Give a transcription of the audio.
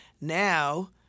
Now